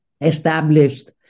established